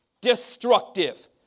destructive